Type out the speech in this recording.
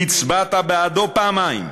הצבעת בעדו פעמיים,